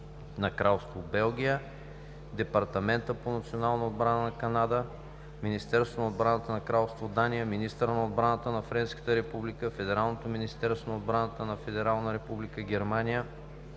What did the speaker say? на Кралство Белгия, Департамента по националната отбрана на Канада, Министерството на отбраната на Кралство Дания, министъра на отбрана на Френската република, Федералното министерство на отбраната на Федерална република Германия,